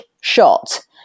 Shot